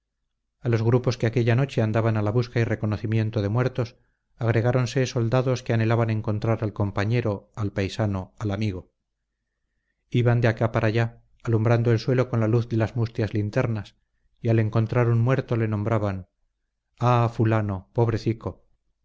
a los grupos que aquella noche andaban a la busca y reconocimiento de muertos agregáronse soldados que anhelaban encontrar al compañero al paisano al amigo iban de acá para allá alumbrando el suelo con la luz de las mustias linternas y al encontrar un muerto le nombraban ah fulano pobrecico